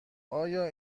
آیا